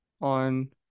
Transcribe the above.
on